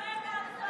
להתערב בהצבעה.